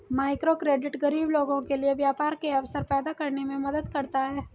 microcredit गरीब लोगों के लिए व्यापार के अवसर पैदा करने में मदद करता है